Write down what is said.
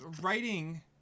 writing